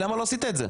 למה לא עשית את זה?